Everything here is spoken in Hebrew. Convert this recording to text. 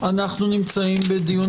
אנחנו נמצאים בדיון